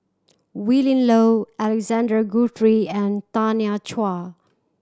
Willin Low Alexander Guthrie and Tanya Chua